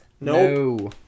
No